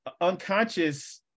unconscious